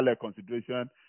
consideration